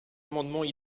amendements